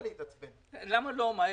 "4.